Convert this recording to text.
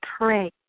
pray